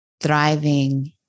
thriving